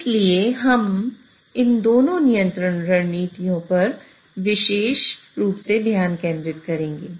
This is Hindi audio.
इस लिए हम इन दोनों नियंत्रण रणनीतियों पर विशेष रूप से ध्यान केंद्रित करेंगे